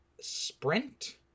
sprint